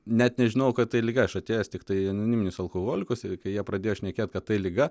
net nežinojau kad tai liga aš atėjęs tiktai į anoniminius alkoholikus ir kai jie pradėjo šnekėti kad tai liga